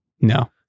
No